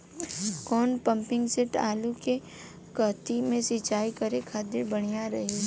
कौन pumping set आलू के कहती मे सिचाई करे खातिर बढ़िया रही?